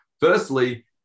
firstly